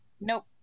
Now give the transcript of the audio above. nope